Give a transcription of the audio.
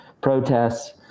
protests